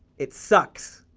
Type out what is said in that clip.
it sucks.